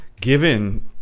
given